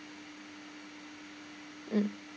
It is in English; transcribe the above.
mm